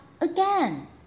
again